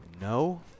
no